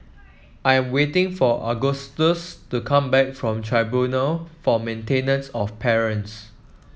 I am waiting for Augustus to come back from Tribunal for Maintenance of Parents